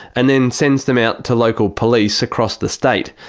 and then sends them out to local police across the state.